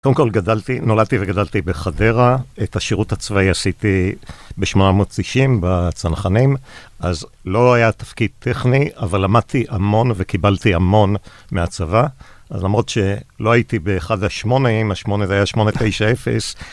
קודם כל גדלתי, נולדתי וגדלתי בחדרה, את השירות הצבאי עשיתי בשמונה מאות שישים, בצנחנים, אז לא היה תפקיד טכני, אבל למדתי המון וקיבלתי המון מהצבא. אז למרות שלא הייתי באחד השמונאים, השמונה זה היה 890.